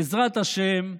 בעזרת השם,